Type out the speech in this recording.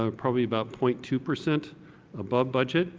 ah probably about point two percent above budget.